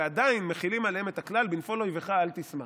ועדיין מחילים עליהם את הכלל "בנפל אויבך אל תשמח".